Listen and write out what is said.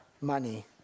money